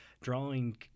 drawing